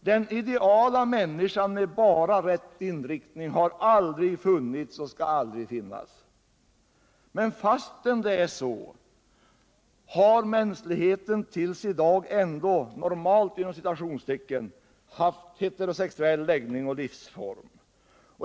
Den ideala människan med bara rätt inriktning har aldrig funnits och skall aldrig finnas. Men fastän det är så har mänskligheten till i dag ”normalt” haft heterosexuell läggning och livsform.